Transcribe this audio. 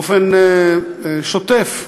באופן שוטף,